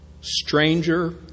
stranger